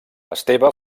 esteve